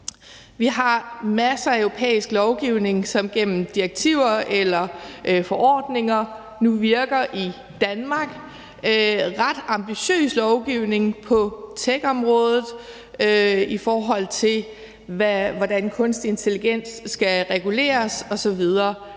Vi har masser af europæisk lovgivning, som gennem direktiver eller forordninger nu virker i Danmark, og ret ambitiøs lovgivning på techområdet om, hvordan kunstig intelligens skal reguleres osv.